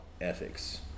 ethics